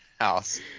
house